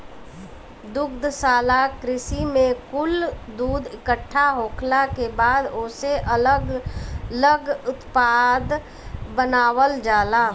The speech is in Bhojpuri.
दुग्धशाला कृषि में कुल दूध इकट्ठा होखला के बाद ओसे अलग लग उत्पाद बनावल जाला